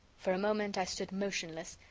for a moment, i stood motionless.